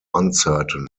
uncertain